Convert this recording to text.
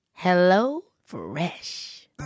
HelloFresh